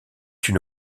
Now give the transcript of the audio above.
une